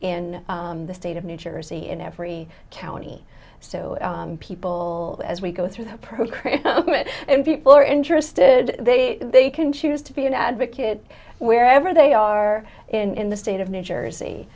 in the state of new jersey in every county so people as we go through that procreate and people are interested they they can choose to be an advocate wherever they are in the state of new jersey